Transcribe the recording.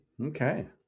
Okay